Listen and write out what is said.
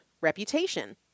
reputation